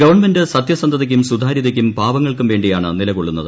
government സത്യസന്ധതയ്ക്കും സുതാര്യതയ്ക്കും പാവങ്ങൾക്കുവേണ്ടിയുമാണ് നിലക്കൊള്ളുന്നത്